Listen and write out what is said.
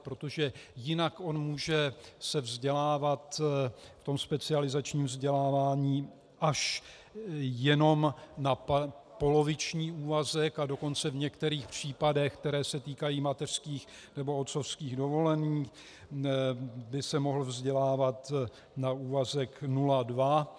Protože jinak se může vzdělávat v tom specializačním vzdělávání až jenom na poloviční úvazek, a dokonce v některých případech, které se týkají mateřských nebo otcovských dovolených, by se mohl vzdělávat na úvazek 0,2.